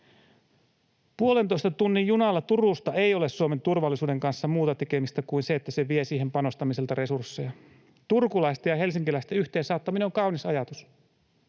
Puolentoista tunnin junalla Turusta ei ole Suomen turvallisuuden kanssa muuta tekemistä kuin se, että se vie siihen panostamiselta resursseja. Turkulaisten ja helsinkiläisten yhteen saattaminen on kaunis ajatus,